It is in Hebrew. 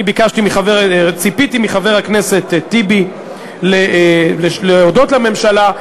ציפיתי מחבר הכנסת טיבי להודות לממשלה,